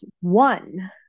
one